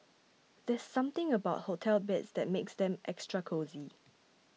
there's something about hotel beds that makes them extra cosy